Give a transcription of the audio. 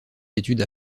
études